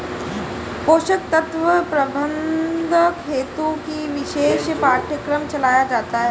पोषक तत्व प्रबंधन हेतु ही विशेष पाठ्यक्रम चलाया जाता है